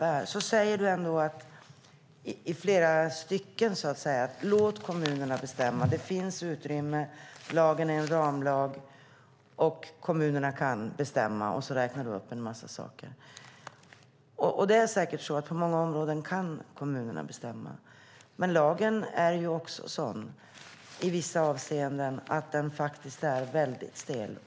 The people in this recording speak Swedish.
Ola Johansson sade flera gånger att vi ska låta kommunerna bestämma, att det finns utrymme, att lagen är en ramlag och att kommunerna kan bestämma, och sedan räknade han upp en massa saker. Det är säkert så att på många områden kan kommunerna bestämma, men i vissa avseenden är lagen väldigt stel.